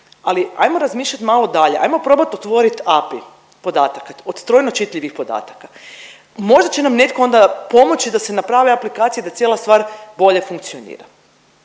ali ajmo razmišljat malo dalje ajmo probat otvorit API podatak od trojno čitljivih podataka, možda će nam netko onda pomoći da se naprave aplikacije da cijela stvar bolje funkcionira.